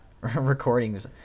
recordings